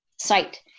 site